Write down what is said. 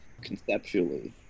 conceptually